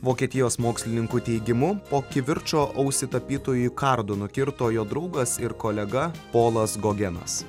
vokietijos mokslininkų teigimu po kivirčo ausį tapytojui kardu nukirto jo draugas ir kolega polas gogenas